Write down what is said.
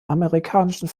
amerikanischen